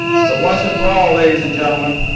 so once and for all, ladies and gentlemen,